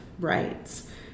rights